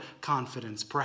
confidence